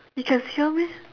you can see her meh